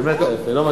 באמת לא יפה.